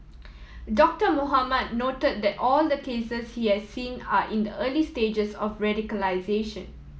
Doctor Mohamed note that all the cases he has seen are in the early stages of radicalisation